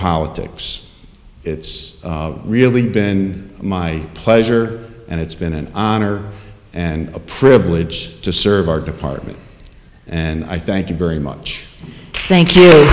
politics it's really been my pleasure and it's been an honor and a privilege to serve our department and i thank you very much thank you